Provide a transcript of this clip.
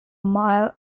mile